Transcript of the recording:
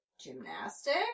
gymnastics